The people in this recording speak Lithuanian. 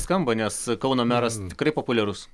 skamba nes kauno meras tikrai populiarus